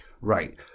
Right